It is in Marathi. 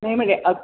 नाही म्हणजे अगं